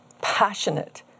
passionate